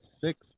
six